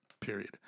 period